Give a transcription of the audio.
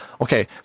Okay